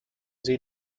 sie